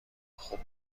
خوب